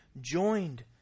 joined